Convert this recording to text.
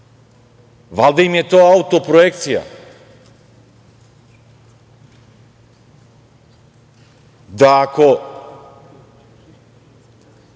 Valjda im je to autoprojekcija da ako